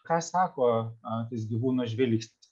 ką sako na tas gyvūno žvilgsnis